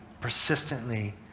persistently